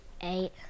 Eight